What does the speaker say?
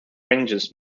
ranges